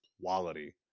quality